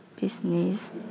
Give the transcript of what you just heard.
business